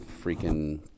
freaking